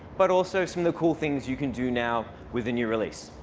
but also some the cool things you can do now with the new release.